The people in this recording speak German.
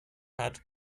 hat